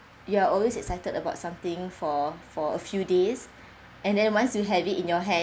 you are always excited about something for for a few days and then once you have it in your hand